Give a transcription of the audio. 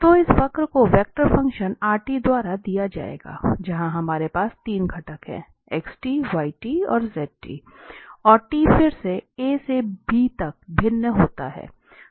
तो इस वक्र को वेक्टर फंक्शन द्वारा दिया जाए जहां हमारे पास 3 घटक हैं xy और z यह t फिर से a से b तक भिन्न होता है